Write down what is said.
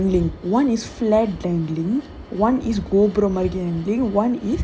two is dangling one is flat dangling one is கோபுரம் மாதிரி இருந்துது:kopuram maadhiri irunthuthu one is